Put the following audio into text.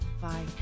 Bye